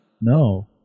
No